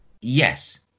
Yes